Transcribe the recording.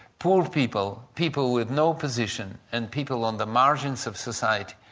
poor people, people with no position and people on the margins of society,